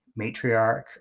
matriarch